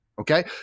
okay